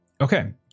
okay